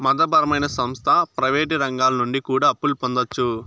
మత పరమైన సంస్థ ప్రయివేటు రంగాల నుండి కూడా అప్పులు పొందొచ్చు